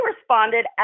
responded